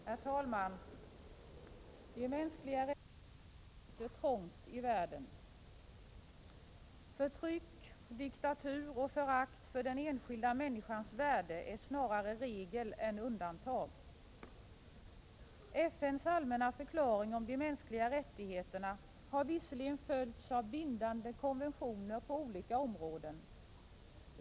Herr talman! De mänskliga rättigheterna sitter trångt i världen. Förtryck, diktatur och förakt för den enskilda människans värde är snarare regel än undantag. FN:s allmänna förklaring om de mänskliga rättigheterna har visserligen följts av bindande konventioner på olika områden.